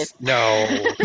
No